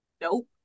Nope